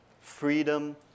freedom